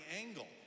angle